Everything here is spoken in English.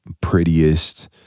prettiest